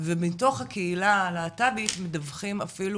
ומתוך הקהילה הלהט"בית מדווחים אפילו